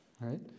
right